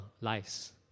lives